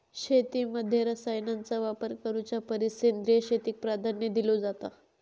शेतीमध्ये रसायनांचा वापर करुच्या परिस सेंद्रिय शेतीक प्राधान्य दिलो जाता